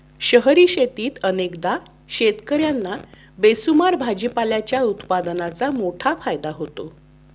शहरी शेतीत अनेकदा शेतकर्यांना बेसुमार भाजीपाल्याच्या उत्पादनाचा मोठा फायदा होतो